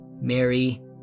Mary